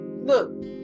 look